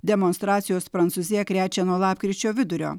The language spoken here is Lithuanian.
demonstracijos prancūziją krečia nuo lapkričio vidurio